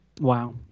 Wow